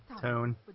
tone